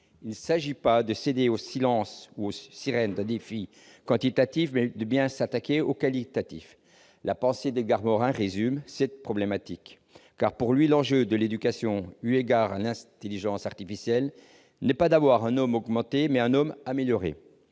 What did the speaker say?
Il ne s'agit pas de céder aux sirènes d'un défi quantitatif, mais bien de s'attaquer au qualitatif. La pensée d'Edgar Morin résume cette problématique, car, pour lui, l'enjeu de l'éducation, eu égard à l'intelligence artificielle, n'est pas d'avoir un homme augmenté, mais un homme amélioré.